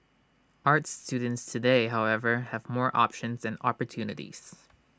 arts students today however have more options and opportunities